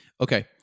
Okay